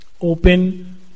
open